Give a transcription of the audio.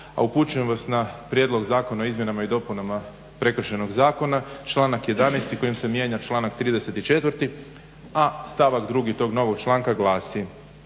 upućujem vas na Prijedlog zakona o izmjenama i dopunama Prekršajnog zakona članak 11. kojim se mijenja članak 34., a stavak drugi tog novog članka glasi: